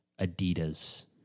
Adidas